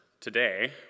today